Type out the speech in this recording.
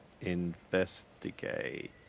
Investigate